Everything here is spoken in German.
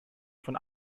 von